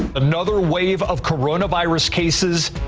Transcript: another wave of coronavirus cases,